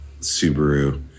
Subaru